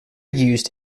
used